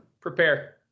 prepare